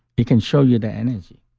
he can show you the energy.